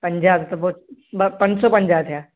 पंजाह त पोइ ॿ पंज सौ पंजाह थिया